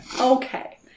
Okay